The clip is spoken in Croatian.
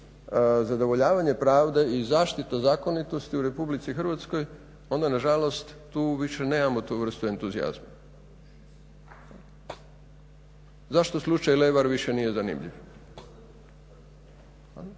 zadovoljavanje pravde i zaštita zakonitosti u RH onda nažalost tu više nemamo tu vrstu entuzijazma. Zašto slučaj Levar više nije zanimljiv,